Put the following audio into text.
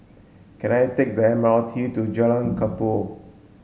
can I take the M R T to Jalan Kubor